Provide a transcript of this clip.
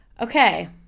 Okay